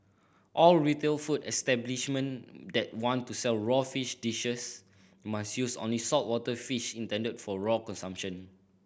all retail food establishment that want to sell raw fish dishes must use only saltwater fish intended for raw consumption